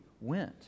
went